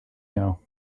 know